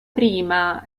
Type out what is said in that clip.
prima